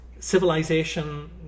Civilization